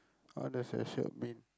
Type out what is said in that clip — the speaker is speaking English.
what does your shirt mean